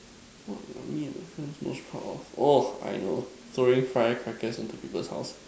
what for me the difference was part of orh I know throwing fire crackers into other people houses